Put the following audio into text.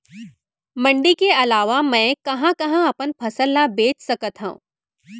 मण्डी के अलावा मैं कहाँ कहाँ अपन फसल ला बेच सकत हँव?